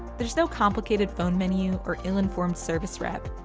there's no complicated phone menu or ill-informed service rep.